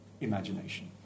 imagination